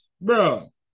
bro